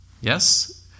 yes